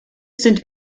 sind